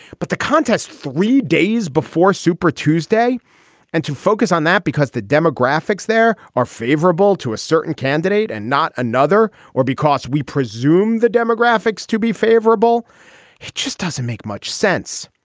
but the contest three days before super tuesday and to focus on that, because the demographics there are favorable to a certain candidate and not another, or because we presume the demographics to be favorable just doesn't make much sense.